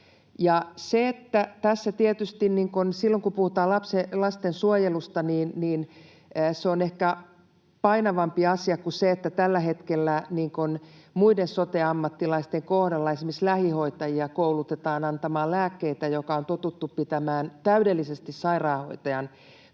silloin, kun puhutaan lastensuojelusta, se on ehkä painavampi asia kuin se, miten on tällä hetkellä muiden sote-ammattilaisten kohdalla. Esimerkiksi lähihoitajia koulutetaan antamaan lääkkeitä, mitä on totuttu pitämään täydellisesti sairaanhoitajan